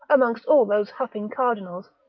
amongst all those huffing cardinals,